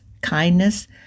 kindness